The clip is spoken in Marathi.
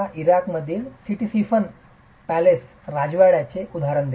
इराकमधील सिटीसिफन राजवाड्याचे हे उदाहरण घेतो